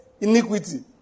iniquity